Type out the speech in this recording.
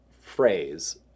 phrase